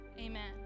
amen